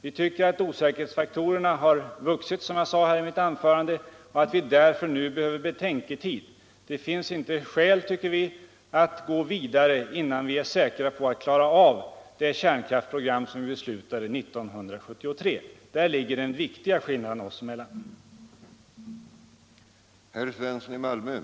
Vi tycker, som jag sade i mitt tidigare anförande, att osäkerhetsfaktorerna har vuxit och att det därför nu krävs en betänketid. Det finns inte skäl att gå vidare innan vi är säkra på att klara av det kärnkraftsprogram som vi beslutade 1973. Där ligger den viktiga skillnaden oss emellan.